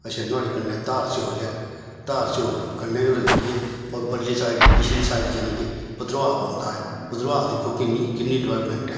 अच्छा नुआढ़े कन्ने धार सयोज ऐ धार सयोज कन्नै गै लगदी ऐ होर परली साइड पिछली साइड जानि के भद्रवाह पौंदा ऐ भद्रवाह दिक्खो किन्नी किन्नी डिवेल्पमेंट ऐ